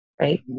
right